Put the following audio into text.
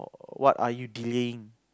or what are you delaying